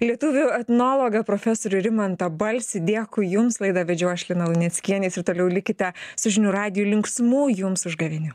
lietuvių etnologą profesorių rimantą balsį dėkui jums laidą vedžiau aš lina luneckienė jūs ir toliau likite su žinių radiju linksmų jums užgavėnių